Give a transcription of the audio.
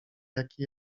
jaki